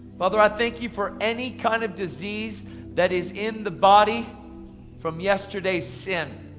father, i thank you for any kind of disease that is in the body from yesterday's sin.